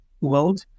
world